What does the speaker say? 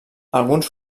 alguns